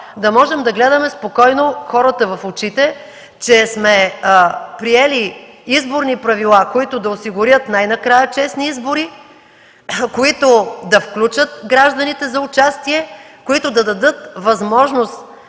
да можем да гледаме спокойно хората в очите, че сме приели изборни правила, които да осигурят най-накрая честни избори, които да включат гражданите за участие, които да дадат възможност